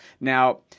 Now